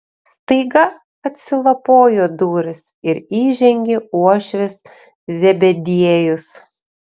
staiga atsilapojo durys ir įžengė uošvis zebediejus